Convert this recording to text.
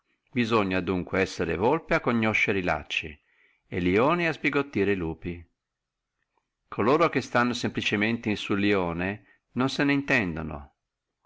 bisogna adunque essere golpe a conoscere e lacci e lione a sbigottire e lupi coloro che stanno semplicemente in sul lione non se ne intendano